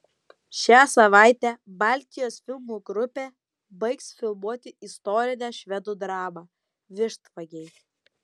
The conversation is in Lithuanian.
šią savaitę baltijos filmų grupė baigs filmuoti istorinę švedų dramą vištvagiai